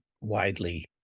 widely